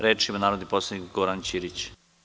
Reč ima narodni poslanik Goran Ćirić.